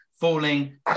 falling